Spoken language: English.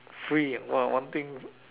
free !wah! one thing